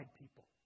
people